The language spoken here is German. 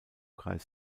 kreis